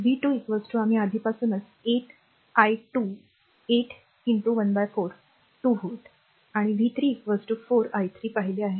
v 2 आम्ही आधीपासूनच 8 i 2 8 14 2 volt आणि v 3 4 i 3 पाहिले आहे